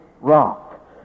rock